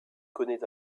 connait